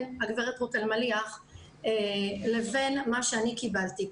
הגב' רות אלמליח לבין מה שאני קיבלתי.